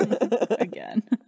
Again